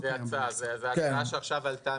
זאת הצעה שעלתה עכשיו.